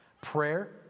Prayer